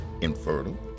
infertile